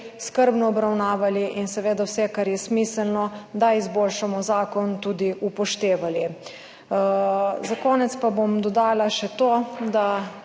skrbno obravnavali in seveda vse, kar je smiselno, da izboljšamo zakon, tudi upoštevali. Za konec pa bom dodala še to, da